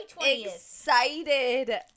excited